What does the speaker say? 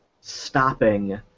stopping